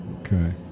okay